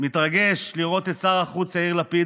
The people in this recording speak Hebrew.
מתרגש לראות את שר החוץ יאיר לפיד